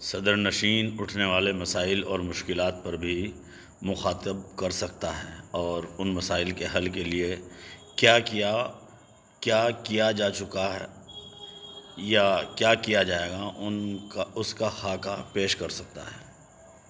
صدرنشین اٹھنے والے مسائل اور مشکلات پر بھی مخاطب کر سکتا ہے اور ان مسائل کے حل کے لیے کیا کیا کیا کیا جا چکا ہے یا کیا کیا جائے گا ان کا اس کا خاکہ پیش کر سکتا ہے